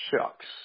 Shucks